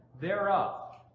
thereof